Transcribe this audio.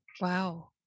Wow